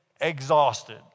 exhausted